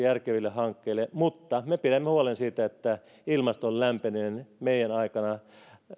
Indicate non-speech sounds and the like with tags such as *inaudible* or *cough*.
*unintelligible* järkeville hankkeille mutta me pidämme huolen siitä että ilmaston lämpeneminen